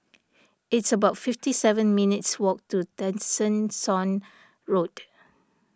it's about fifty seven minutes' walk to Tessensohn Road